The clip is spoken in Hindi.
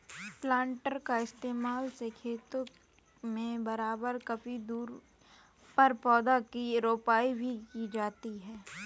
प्लान्टर का इस्तेमाल से खेतों में बराबर ककी दूरी पर पौधा की रोपाई भी की जाती है